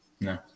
no